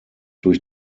durch